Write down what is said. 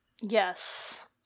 Yes